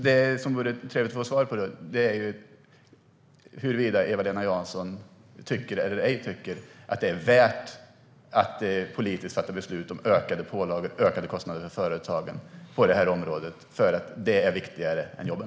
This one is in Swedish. Det vore trevligt att få svar på huruvida Eva-Lena Jansson tycker att det är värt att politiskt fatta beslut om ökade pålagor och ökade kostnader för företagen på detta område och att det är viktigare än jobben.